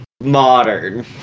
Modern